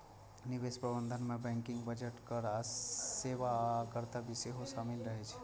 निवेश प्रबंधन मे बैंकिंग, बजट, कर सेवा आ कर्तव्य सेहो शामिल रहे छै